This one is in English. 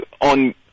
on